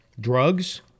drugs